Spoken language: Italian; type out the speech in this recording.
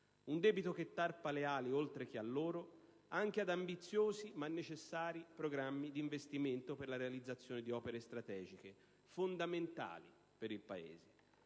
Un debito che tarpa le ali oltre che a loro, anche ad ambiziosi ma necessari programmi di investimento per la realizzazione di opere strategiche fondamentali per il Paese.